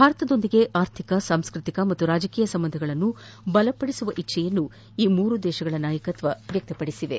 ಭಾರತದೊಂದಿಗೆ ಆರ್ಥಿಕ ಸಾಂಸ್ಕೃತಿಕ ಮತ್ತು ರಾಜಕೀಯ ಸಂಬಂಧಗಳನ್ನು ಬಲಪದಿಸುವ ಇಚ್ಛೆಯನ್ನು ಈ ಮೂರು ದೇಶಗಳ ನಾಯಕತ್ವ ವ್ಯಕ್ತಪದಿಸಿವೆ